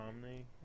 Romney